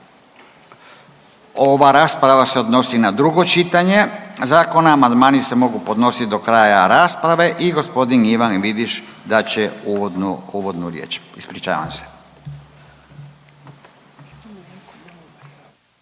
Ova rasprava se odnosi na drugo čitanje zakona, amandmani se mogu podnosit do kraja rasprave i gospodin Ivan Vidiš, dat će uvodnu, uvodnu riječ. Ispričavam se.